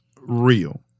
real